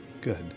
Good